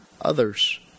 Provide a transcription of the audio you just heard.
others